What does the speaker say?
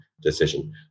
decision